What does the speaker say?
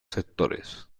sectores